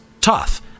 tough